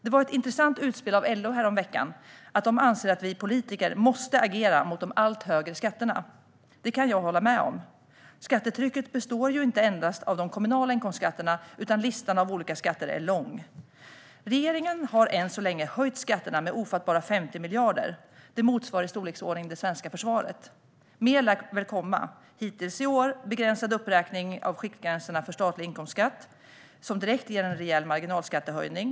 Det kom ett intressant utspel från LO häromveckan: Man anser att vi politiker måste agera mot de allt högre skatterna. Det kan jag hålla med om. Skattetrycket består ju inte endast av de kommunala inkomstskatterna, utan listan över olika skatter är lång. Regeringen har än så länge höjt skatterna med ofattbara 50 miljarder. Det motsvarar i storleksordning det svenska försvaret, och mer lär väl komma. Hittills i år har vi sett en begränsad uppräkning av skiktgränserna för statlig inkomstskatt, vilket direkt ger en rejäl marginalskattehöjning.